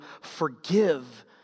forgive